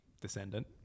descendant